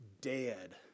dead